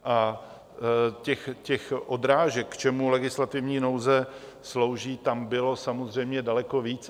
A těch odrážek, k čemu legislativní nouze slouží, tam bylo samozřejmě daleko víc.